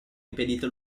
impedito